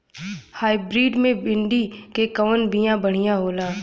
Hybrid मे भिंडी क कवन बिया बढ़ियां होला?